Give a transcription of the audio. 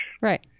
Right